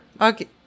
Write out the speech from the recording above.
Okay